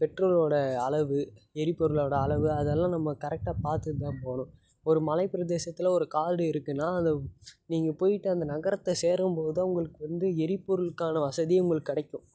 பெட்ரோலோட அளவு எரிபொருளோட அளவு அதெல்லாம் நம்ம கரெக்டாக பார்த்துட்டு தான் போகணும் ஒரு மலை பிரதேசத்தில் ஒரு காடு இருக்குன்னா அதை நீங்கள் போயிவிட்டு அந்த நகரத்தை சேரும் போது தான் உங்களுக்கு வந்து எரிபொருளுக்கான வசதி உங்களுக்கு கிடைக்கும்